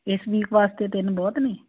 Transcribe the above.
ਇਸ ਵੀਕ ਵਾਸਤੇ ਤਿੰਨ ਬਹੁਤ ਨੇ